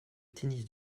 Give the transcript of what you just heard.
tennis